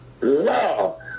love